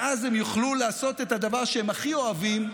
בג"ץ, ואז הם יוכלו לעשות את הדבר שהם הכי אוהבים,